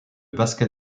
basket